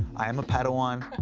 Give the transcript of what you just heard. i am a padawan.